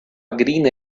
greene